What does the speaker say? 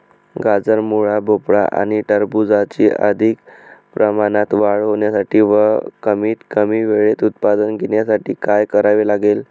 गाजर, मुळा, भोपळा आणि टरबूजाची अधिक प्रमाणात वाढ होण्यासाठी व कमीत कमी वेळेत उत्पादन घेण्यासाठी काय करावे लागेल?